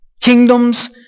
kingdoms